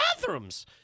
bathrooms